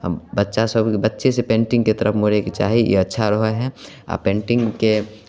बच्चासभकेँ बच्चेसँ पेन्टिंगके तरफ मोड़यके चाही ई अच्छा रहैत हइ आ पेन्टिंगके